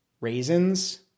raisins